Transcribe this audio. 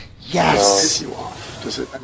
Yes